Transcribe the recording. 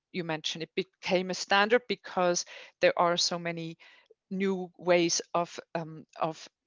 you mentioned it became a standard because there are so many new ways of um of